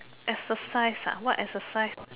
exercise ah what exercise